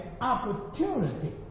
opportunity